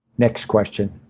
next question,